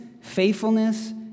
faithfulness